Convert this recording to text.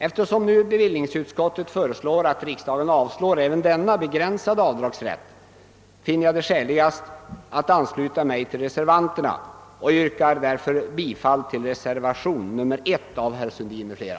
Eftersom bevillningsutskottet nu föreslår att riksdagen skall avslå även denna begränsade avdragsrätt, finner jag det skäligast att ansluta mig till reservanterna. Jag yrkar därför bifall till reservationen nr 1 av herr Sundin m.fl.